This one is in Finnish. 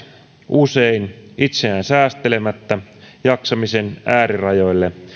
usein itseään säästelemättä jaksamisen äärirajoille